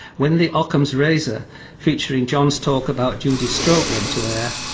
when the ockham's razor featuring john's talk about judy's stroke went to air,